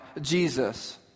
Jesus